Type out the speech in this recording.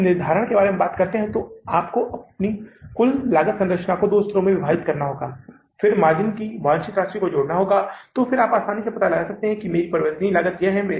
इसलिए केवल अधिशेष 216000 है जो जुलाई के महीने में बिक्री संग्रह से अधिशेष के रूप में आया है और चूंकि भुगतान कम हैं संग्रह की तुलना में संवितरण कम है